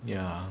ya